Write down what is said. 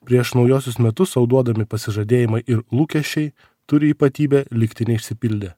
prieš naujuosius metus sau duodami pasižadėjimai ir lūkesčiai turi ypatybę likti neišsipildę